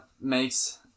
makes